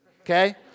okay